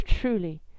truly